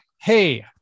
Hey